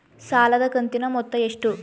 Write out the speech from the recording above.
ಸಾಲದ ಕಂತಿನ ಮೊತ್ತ ಎಷ್ಟು?